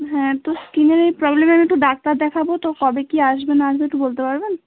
হ্যাঁ তো স্কিনের এই প্রবলেমে একটু ডাক্তার দেখাবো তো কবে কি আসবে না আসবে একটু বলতে পারবেন